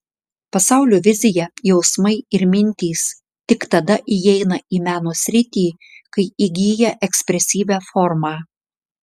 pasaulio vizija jausmai ir mintys tik tada įeina į meno sritį kai įgyja ekspresyvią formą